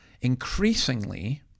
Increasingly